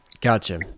gotcha